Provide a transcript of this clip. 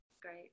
great